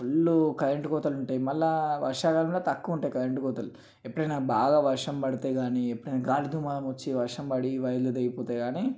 full current కోతలు ఉంటాయి మళ్ళీ వర్షాకాలంలో తక్కువ ఉంటుంది కరెంటు కోతలు ఎప్పుడైనా బాగా వర్షం పడితే కానీ ఎప్పుడైనా గాలి దుమారం వచ్చి వర్షం పడి వైర్లు తెగిపోతే కానీ